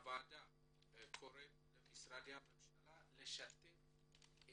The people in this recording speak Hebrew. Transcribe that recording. הוועדה קוראת למשרדי הממשלה לשתף פעולה עם